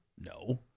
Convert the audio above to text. No